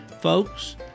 folks